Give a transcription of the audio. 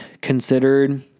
considered